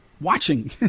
watching